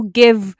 give